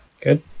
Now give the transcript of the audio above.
good